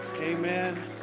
Amen